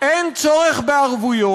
אין צורך בערבויות,